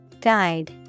Guide